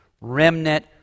remnant